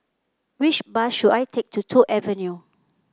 which bus should I take to Toh Avenue